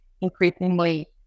increasingly